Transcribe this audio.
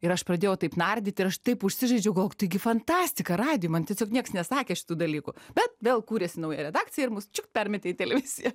ir aš pradėjau taip nardyti ir aš taip užsižaidžiau galvoju tai gi fantastika radijuj man tiesiog nieks nesakė šitų dalykų bet vėl kūrėsi nauja redakcija ir mus permetė į televiziją